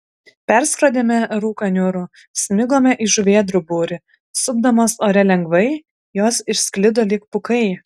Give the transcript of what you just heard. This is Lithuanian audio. perskrodėme rūką niūrų smigome į žuvėdrų būrį supdamos ore lengvai jos išsklido lyg pūkai